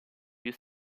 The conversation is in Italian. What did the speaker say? più